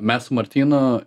mes su martynu